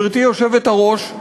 גברתי היושבת-ראש,